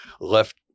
left